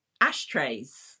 ashtrays